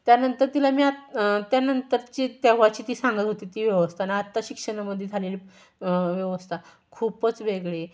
त्यानंतर तिला मी आत त्यानंतरची तेव्हाची ती सांगत होती ती व्यवस्था न आत्ता शिक्षणामध्ये झालेली व्यवस्था खूपच वेगळी